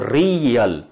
real